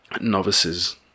novices